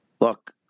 Look